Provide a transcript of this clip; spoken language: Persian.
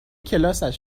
کلاسش